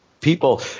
people